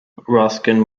ruskin